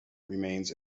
remains